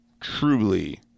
truly